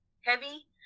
heavy